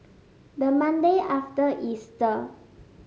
the Monday after Easter